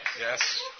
Yes